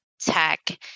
tech